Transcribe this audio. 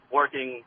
working –